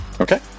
Okay